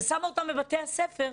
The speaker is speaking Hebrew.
ושמה אותם בבתי הספר,